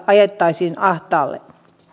ajettaisiin ahtaalle